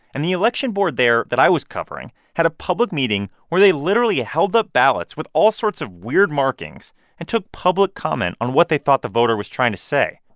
and the election board there that i was covering had a public meeting where they literally held up ballots with all sorts of weird markings and took public comment on what they thought the voter was trying to say.